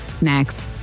next